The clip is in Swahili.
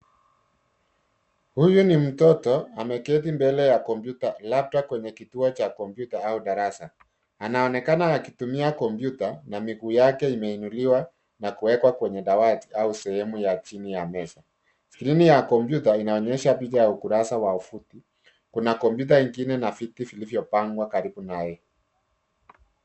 Huyu ni mtoto, ameketi mbele ya kompyuta, labda kwenye kituo cha kompyuta au darasa. Anaonekana akitumia kompyuta, na miguu yake imeinuliwa na kuwekwa kwenye dawati au sehemu ya chini ya meza. Skrini ya kompyuta inaonyesha picha ya ukurasa wa tovuti. Kuna kompyuta ingine na viti vilivyopangwa karibu naye.